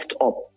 up